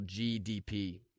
GDP